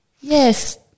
Yes